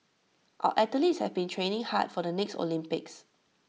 our athletes have been training hard for the next Olympics